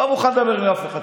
לא מוכן לדבר עם אף אחד כזה,